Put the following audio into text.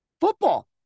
football